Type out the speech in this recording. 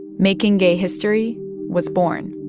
making gay history was born.